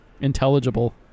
intelligible